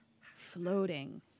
floating